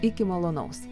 iki malonaus